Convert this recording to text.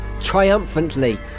triumphantly